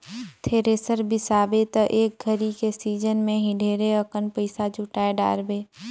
thresher बिसाबे त एक घरी के सिजन मे ही ढेरे अकन पइसा जुटाय डारबे